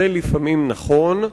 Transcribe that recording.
זה לפעמים נכון,